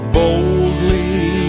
boldly